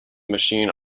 machine